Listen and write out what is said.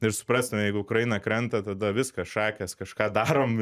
ir suprastume jeigu ukraina krenta tada viskas šakės kažką darom